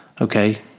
okay